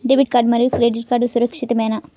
Debit card మరియు credit card సురక్షితమేనా?